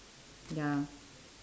ya